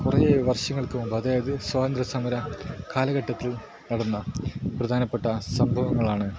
കുറേ വർഷങ്ങൾക്ക് മുമ്പ് അതായത് സ്വാതന്ത്ര്യ സമര കാലഘട്ടത്തിൽ നടന്ന പ്രധാനപ്പെട്ട സംഭവങ്ങളാണ്